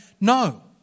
no